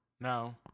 No